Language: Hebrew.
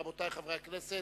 רבותי חברי הכנסת,